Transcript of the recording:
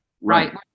Right